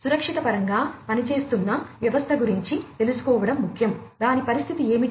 సురక్షిత పరంగా పనిచేస్తున్న వ్యవస్థ గురించి తెలుసుకోవడం ముఖ్యం దాని పరిస్థితి ఏమిటి